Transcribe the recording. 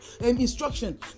instruction